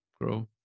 grow